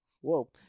whoa